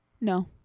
no